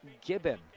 Gibbon